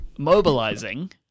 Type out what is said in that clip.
Mobilizing